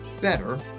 better